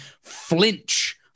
flinch